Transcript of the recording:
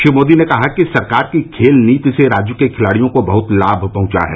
श्री मोदी ने कहा कि सरकार की खेल नीति से राज्य के खिलाड़ियों को बहुत लाम पहुंचा है